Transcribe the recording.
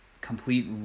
complete